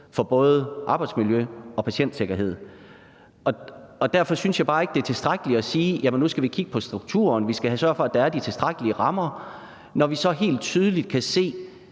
for både arbejdsmiljøet og patientsikkerheden, og derfor synes jeg bare ikke, det er tilstrækkeligt at sige, at nu skal vi kigge på strukturen, og at vi skal sørge for, at der er de tilstrækkelige rammer, når vi så helt tydeligt kan se,